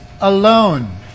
alone